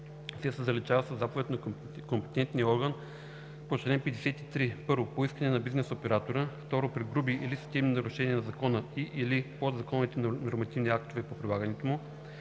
се заличава със заповед на компетентния орган по чл. 53: 1. по искане на бизнес оператора; 2. при груби или системни нарушения на закона и/или подзаконовите нормативни актове по прилагането му;